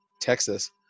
Texas